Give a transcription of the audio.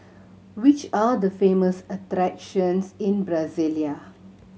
which are the famous attractions in Brasilia